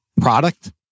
product